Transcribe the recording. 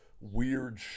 weird